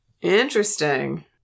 Interesting